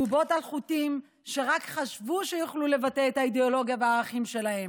בובות על חוטים שרק חשבו שיוכלו לבטא את האידיאולוגיה והערכים שלהם,